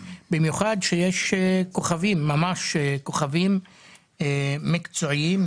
במיוחד שיש ממש "כוכבים" מקצועיים,